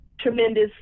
tremendous